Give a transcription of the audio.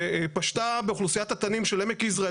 שפשטה באוכלוסיית התנים של עמק יזרעאל